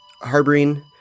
harboring